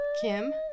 Kim